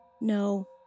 No